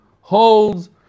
holds